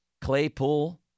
Claypool